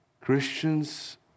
Christians